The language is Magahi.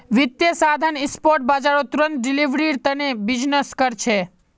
वित्तीय साधन स्पॉट बाजारत तुरंत डिलीवरीर तने बीजनिस् कर छे